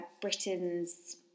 Britain's